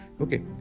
Okay